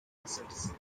assets